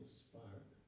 spark